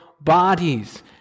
bodies